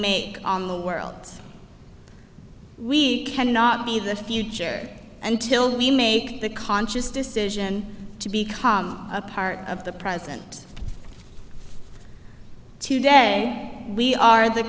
make the world we cannot be the future until we make the conscious decision to become a part of the present today we are the